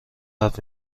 حرف